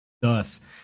thus